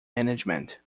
management